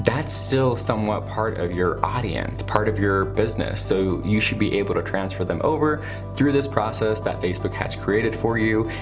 that's still somewhat part of your audience, part of your business. so you should be able to transfer them over through this process that facebook has created for you.